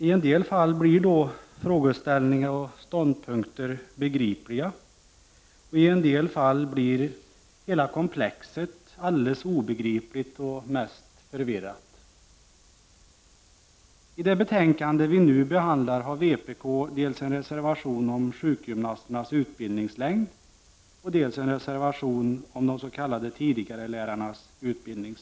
I en del fall blir då frågeställningar och ståndpunkter begripliga, och i en del fall blir hela komplexet alldeles obegripligt och mest av allt förvirrat. Vpk har till det betänkade vi nu behandlar fogat dels en reservation om längden på sjukgymnasternas utbildning, dels en reservation om längden på de s.k. tidigarelärarnas utbildning.